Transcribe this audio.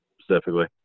specifically